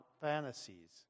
fantasies